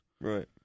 Right